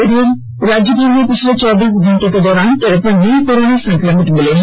इधर राज्यभर में पिछले चौबीस घंटे के दौरान तिरपन नये कोरोना संक्रमित मिले हैं